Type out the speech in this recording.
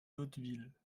hauteville